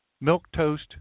milk-toast